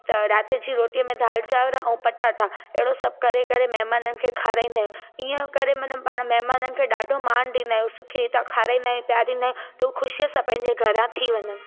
त राति जी रोटीअ में दालि चांवर ऐं पटाटा अहिड़ो सभु करे करे महिमाननि खे खाराईंदा आहियूं ईअं करे माना पाण महिमाननि खे ॾाढो मानु ॾींदा आहियूं सुठी तरह खाराईंदा आहियूं पीअरिंदा आहियूं त उहा ख़ुशीअ सां पंहिंजे घरा थी वञनि